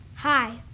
Hi